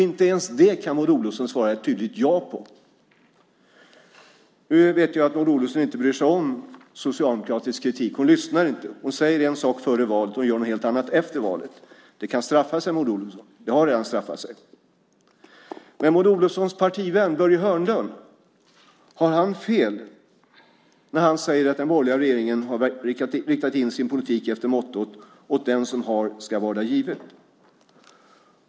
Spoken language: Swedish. Inte ens det kan Maud Olofsson svara ett tydligt ja på. Nu vet jag att Maud Olofsson inte bryr sig om socialdemokratisk kritik. Hon lyssnar inte. Hon säger en sak före valet och gör något helt annat efter valet. Det kan straffa sig, Maud Olofsson. Det har redan straffat sig. Men har Maud Olofssons partivän, Börje Hörnlund, fel när han säger att den borgerliga regeringen har riktat in sin politik efter mottot "åt den som har skall varda givet"?